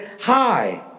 High